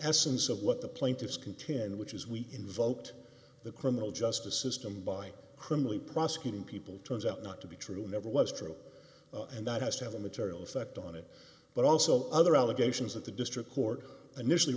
essence of what the plaintiff's contin which is we invoked the criminal justice system by criminally prosecuted people turns out not to be true never was true and that has to have a material effect on it but also other allegations that the district court initially